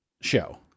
show